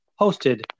hosted